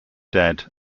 dead